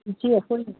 ꯏꯆꯦ ꯑꯩꯈꯣꯏ